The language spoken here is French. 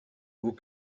vous